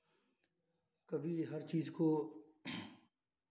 कवि हर चीज़ को